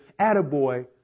attaboy